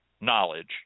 knowledge